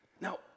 Now